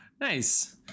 nice